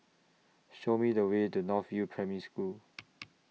Show Me The Way to North View Primary School